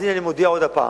אז הנה, אני מודיע עוד פעם,